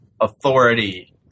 authority